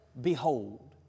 Behold